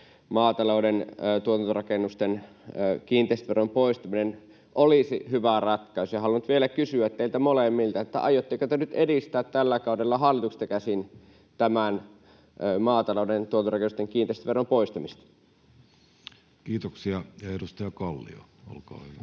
maatalouden tuotantorakennusten kiinteistöveron poistaminen olisi hyvä ratkaisu. Haluan nyt vielä kysyä teiltä molemmilta: aiotteko te nyt edistää tällä kaudella hallituksesta käsin tämän maatalouden tuotantorakennusten kiinteistöveron poistamista? [Speech 49] Speaker: Jussi Halla-aho